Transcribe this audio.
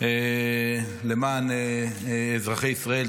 למען אזרחי ישראל,